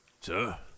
Sir